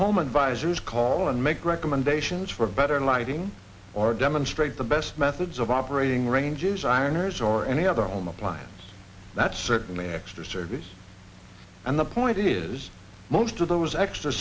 home advisors call and make recommendations for better lighting or demonstrate the best methods of operating ranges ayers or any other home appliance that's certainly extra service and the point is most of those extra